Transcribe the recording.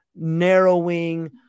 narrowing